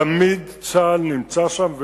תמיד צה"ל נמצא שם,